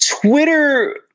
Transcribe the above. Twitter